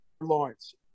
Lawrence